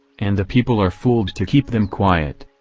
and the people are fooled to keep them quiet.